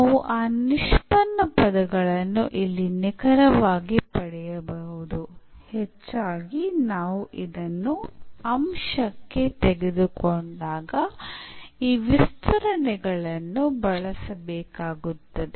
ನಾವು ಆ ನಿಷ್ಪನ್ನ ಪದಗಳನ್ನು ಅಲ್ಲಿ ನಿಖರವಾಗಿ ಪಡೆಯಬಹುದು ಹೆಚ್ಚಾಗಿ ನಾವು ಇದನ್ನು ಅಂಶಕ್ಕೆ ತೆಗೆದುಕೊಂಡಾಗ ಈ ವಿಸ್ತರಣೆಗಳನ್ನು ಬಳಸಬೇಕಾಗುತ್ತದೆ